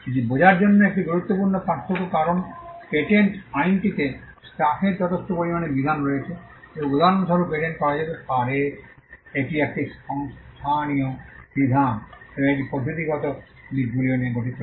এটি বোঝার জন্য একটি গুরুত্বপূর্ণ পার্থক্য কারণ পেটেন্ট আইনটিতে স্টাফের যথেষ্ট পরিমাণে বিধান রয়েছে যা উদাহরণস্বরূপ পেটেন্ট করা যেতে পারে এটি একটি সংস্থানীয় বিধান এবং এটি পদ্ধতিগত দিকগুলিও নিয়ে গঠিত